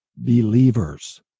believers